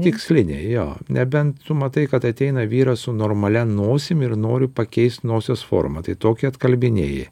tiksliniai jo nebent tu matai kad ateina vyras su normalia nosim ir noriu pakeist nosies formą tai tokį atkalbinėji